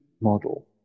model